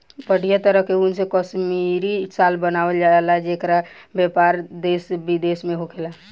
बढ़िया तरह के ऊन से कश्मीरी शाल बनावल जला जेकर व्यापार देश विदेश में होखेला